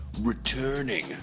returning